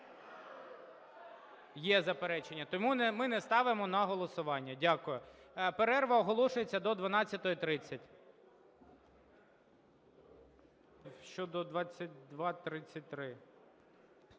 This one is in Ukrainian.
Є заперечення. Тому ми не ставимо на голосування. Перерва оголошується до 12:30. (Після